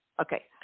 Okay